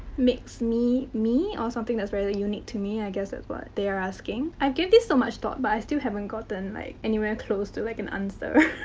makes me, me. or something that's really unique to me. i guess that's what they are asking. i gave this so much thought but i still haven't gotten, like, anywhere close to, like, an answer.